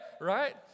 right